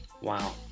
wow